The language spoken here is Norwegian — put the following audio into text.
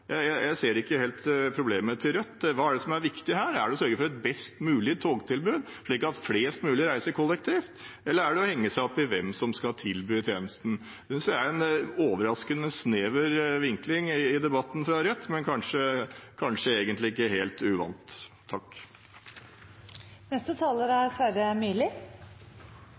Jeg ser ikke helt problemet til Rødt. Hva er det som er viktig her? Er det å sørge for et best mulig togtilbud, slik at flest mulig reiser kollektivt, eller er det å henge seg opp i hvem som skal tilby tjenesten? Det synes jeg er en overraskende snever vinkling i debatten fra Rødt, men kanskje egentlig ikke helt uvant.